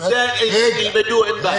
הם ילמדו, אין בעיה.